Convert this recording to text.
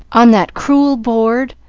on that crewel boord.